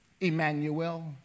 Emmanuel